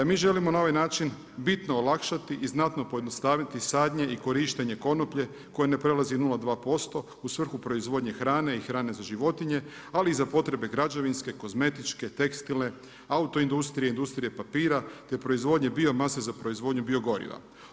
Mi želimo na ovaj način bitno olakšati i znatno pojednostaviti sadnje i korištenje konoplje koje ne prelazi 0,2% u svrhu proizvodnje hrane i hrane za životinje ali i za potrebe, građevinske, kozmetičke, tekstilne, autoindustrije, industrije papira te proizvodnje biomase za proizvodnju biogoriva.